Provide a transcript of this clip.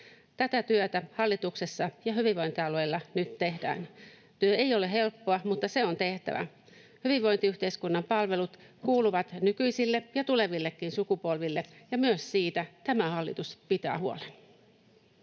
Tätä työtä hallituksessa ja hyvinvointialueilla nyt tehdään. Työ ei ole helppoa, mutta se on tehtävä. Hyvinvointiyhteiskunnan palvelut kuuluvat nykyisille ja tulevillekin sukupolville, ja myös siitä tämä hallitus pitää huolen.